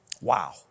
Wow